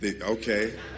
Okay